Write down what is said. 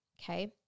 Okay